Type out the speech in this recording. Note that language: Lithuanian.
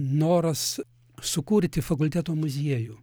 noras sukurti fakulteto muziejų